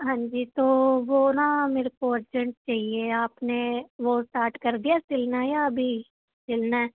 ਹਾਂਜੀ ਸੋ ਵੋ ਨਾ ਮੇਰੇ ਕੋ ਅਰਜੈਂਟ ਚਈਏ ਆਪਨੇ ਵੋ ਸਟਾਰਟ ਕਰ ਦੀਆਂ ਸਿਲਨਾ ਯਾ ਅਭੀ ਸਿਲਨਾ ਹੈ